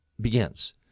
begins